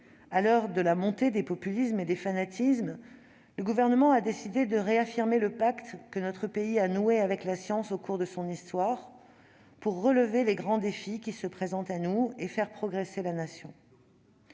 à l'heure de la montée des populismes et des fanatismes, le Gouvernement a décidé de réaffirmer le pacte que notre pays a noué avec la science au cours de son histoire, pour relever les grands défis qui se présentent à nous et faire progresser la Nation.